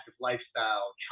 lifestyle